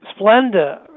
Splenda